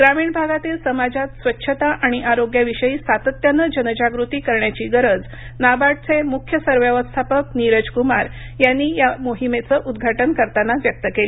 ग्रामीण भागातील समाजात स्वच्छता आणि आरोग्याविषयी सातत्यानं जनजागृती करण्याची गरज नाबार्डचे मुख्य सरव्यवस्थापक निरज कुमार यांनी या मोहिमेचं उद्घाटन करताना व्यक्त केली